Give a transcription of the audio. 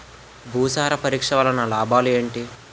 భూసార పరీక్ష వలన లాభాలు ఏంటి?